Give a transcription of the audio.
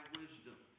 wisdom